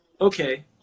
okay